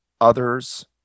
others